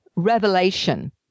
Revelation